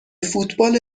فوتبال